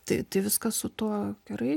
tai tai viskas su tuo gerai